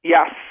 Yes